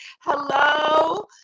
Hello